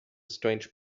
strange